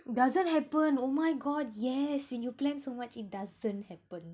it doesn't happen oh my god yes when you plan so much it doesn't happen